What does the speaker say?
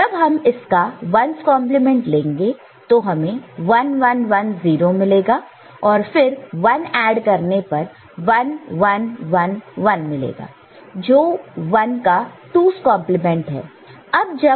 जब हम इसका 1's कंप्लीमेंट 1's complement लेंगे तो हमें 1 1 1 0 मिलेगा और फिर 1 ऐड करने पर 1 1 1 1 मिलेगा जो 1 का 2's कंप्लीमेंट 2's complement है